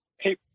hey